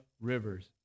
rivers